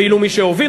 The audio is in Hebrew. ואילו מי שהוביל,